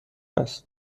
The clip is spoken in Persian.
است